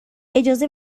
اجازه